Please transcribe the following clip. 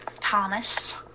Thomas